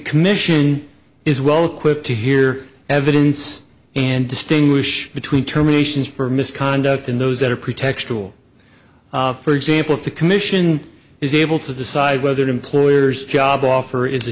commission is well equipped to hear evidence and distinguish between terminations for misconduct and those that are pretextual for example if the commission is able to decide whether employers job offer is a